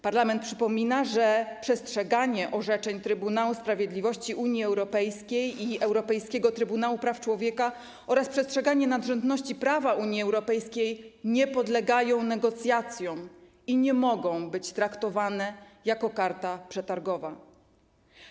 Parlament przypomina, że przestrzeganie orzeczeń Trybunału Sprawiedliwości Unii Europejskiej i Europejskiego Trybunału Praw Człowieka oraz przestrzeganie nadrzędności prawa Unii Europejskiej nie podlegają negocjacjom i nie mogą być traktowane jako karta przetargowa.